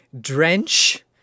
drench